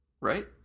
right